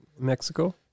Mexico